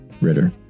Ritter